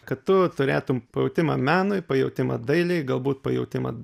kad tu turėtum pajautimą menui pajautimą dailei galbūt pajautimą